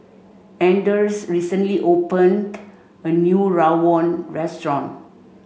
Anders recently opened a new Rawon restaurant